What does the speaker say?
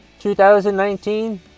2019